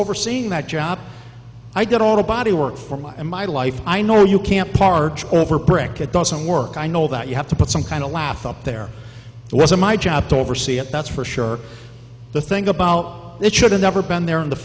overseeing that job i got all the body work for me and my life i know you can't park over brick it doesn't work i know that you have to put some kind of laugh up there was a my job to oversee it that's for sure the thing about it should have never been there in the